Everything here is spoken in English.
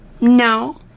No